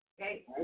Okay